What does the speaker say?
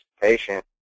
patient